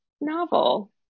novel